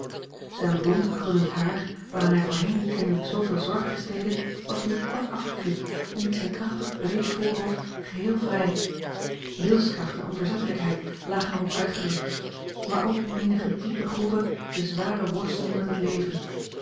zijn blond krullend haar waaraan hij voorheen kenlijk zooveel zorg besteedde was nu kort afgeknipt en liet zijn krachtig breed voorhoofd geheel vrij wilskracht en onverzettelijkheid lagen er op uitgedrukt maar ook in menige diepe groeve de zware worsteling met het leven